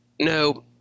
no